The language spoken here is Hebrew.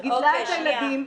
גידלה את הילדים,